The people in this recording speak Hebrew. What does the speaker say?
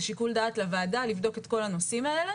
זה שיקול דעת לוועדה לבדוק את כל הנושאים האלה.